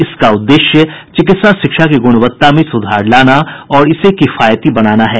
इसका उद्देश्य चिकित्सा शिक्षा की गुणवत्ता में सुधार लाना और इसे किफायती बनाना है